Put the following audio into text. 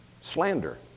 Slander